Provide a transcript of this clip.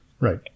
Right